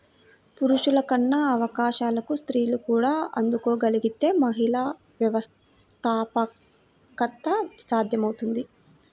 పురుషులకున్న అవకాశాలకు స్త్రీలు కూడా అందుకోగలగితే మహిళా వ్యవస్థాపకత సాధ్యమవుతుంది